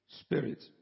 spirit